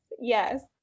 Yes